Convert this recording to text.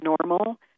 normal